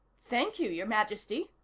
thank you, your majesty,